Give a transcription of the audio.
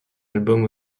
albums